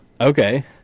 Okay